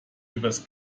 übers